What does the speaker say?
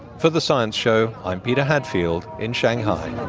for the science show, i'm peter hadfield, in shanghai